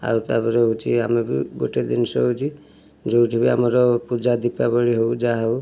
ଆଉ ତାପରେ ହେଉଛି ଆମେବି ଗୋଟେ ଜିନିଷ ହେଉଛି ଯେଉଁଠିକି ଆମର ପୂଜା ଦୀପାବଳି ହେଉ ଯାହା ହେଉ